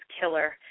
killer